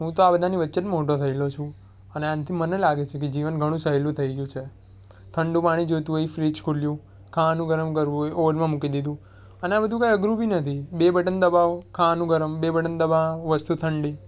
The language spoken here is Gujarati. હું તો આ બધાની વચ્ચે જ મોટો થયેલો છું અને આનાથી મને લાગે છે કે જીવન ઘણું સહેલું થઈ ગયું છે ઠંડું પાણી જોઈતું હોય ફ્રિજ ખોલ્યું ખાવાનું ગરમ કરવું હોય ઓવનમાં મૂકી દીધું અને આ બધુ કાંય અઘરું બી નથી બે બટન દબાવો ખાવાનું ગરમ બે બટન દબવો વસ્તુ ઠંડી